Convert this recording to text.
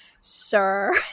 sir